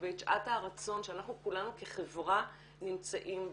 ואת שעת הרצון שאנחנו כולנו כחברה נמצאים בה.